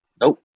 Nope